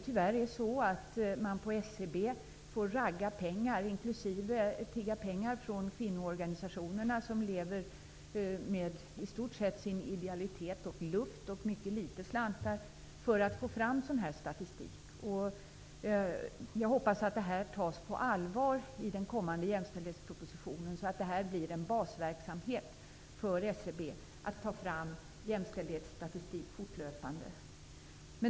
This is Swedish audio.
Tyvärr får SCB ragga pengar för att få fram statistik, inklusive tigga pengar från kvinnoorganisationerna som, i sin tur, i stort sett lever på sin idealitet, luft och litet slantar. Jag hoppas att detta tas på allvar i den kommande jämställdhetspropositionen. Det skall bli en basverksamhet för SCB att fortlöpande ta fram jämställdhetsstatistik.